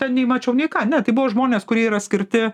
ten nei mačiau nei ką ne tai buvo žmonės kurie yra skirti